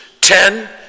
ten